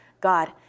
God